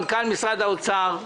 מנכ"ל משרד האוצר,